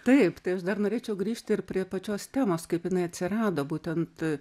taip tai aš dar norėčiau grįžti prie pačios temos kaip jinai atsirado būtent